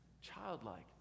childlike